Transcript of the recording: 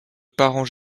parents